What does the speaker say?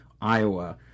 Iowa